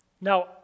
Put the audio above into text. Now